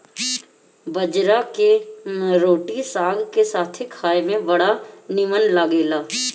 बजरा के रोटी साग के साथे खाए में बड़ा निमन लागेला